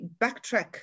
backtrack